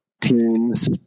teens